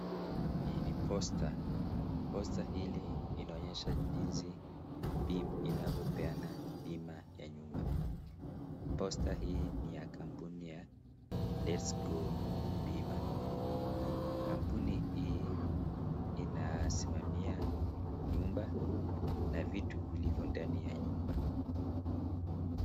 Hii ni posta posta hii inaonyesha jinsi inavyopeana bima ya nyumba. Posta hii ni ya kampuni ya Lets Go bima. Kampuni hii inasimamia nyumba na vitu vilivyo ndani ya nyumba.